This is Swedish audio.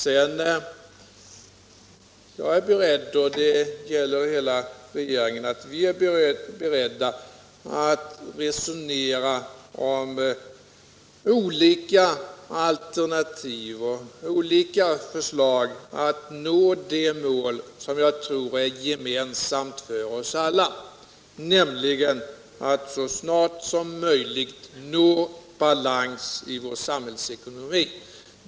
Sedan är både jag och hela regeringen beredda att resonera om olika alternativ för att nå det mål som jag tror är gemensamt för oss alla, nämligen att så snart som möjligt nå balans i vår samhällsekonomi.